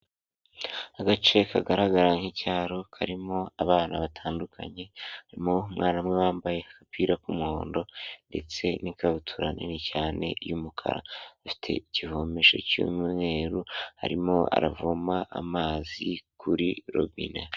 Agace kagaragara nk'icyaro karimo abana batandukanye barimo umwana umwe wambaye agapira k'umuhondo ndetse n'ikabutura nini cyane y'umukara, afite ikivomesho cy'umweru arimo aravoma amazi kuri robine.